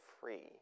free